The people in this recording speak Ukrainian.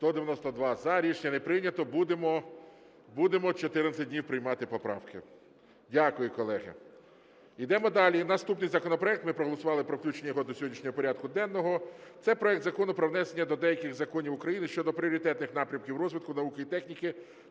За-192 Рішення не прийнято. Будемо 14 днів приймати поправки. Дякую, колеги. Йдемо далі. Наступний законопроект, ми проголосували про включення його до сьогоднішнього порядку денного, – це проект Закону про внесення змін до деяких законів України щодо пріоритетних напрямів розвитку науки і техніки